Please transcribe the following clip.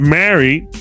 married